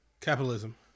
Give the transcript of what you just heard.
Capitalism